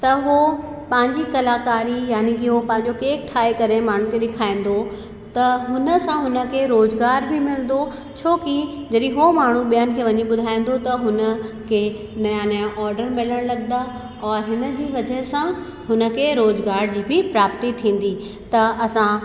उहो पंहिंजी कलाकारी यानि उहो पंहिंजो केक ठाहे करे माण्हुनि खे ॾेखारींदो त हुन सां हुन खे रोज़गार बि मिलंदो छोकि जॾहिं हू माण्हू ॿियनि खे वञी ॿुधाईंदो त हुन खे नया नया ऑडर मिलणु लॻंदा और हिन जी वजह सां हुन खे रोज़गार जी बि प्राप्ति थींदी त असां